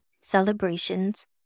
celebrations